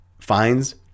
Fines